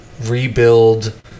rebuild